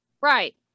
Right